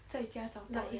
在家找到了